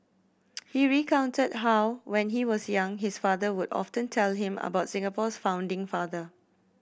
he recounted how when he was young his father would often tell him about Singapore's founding father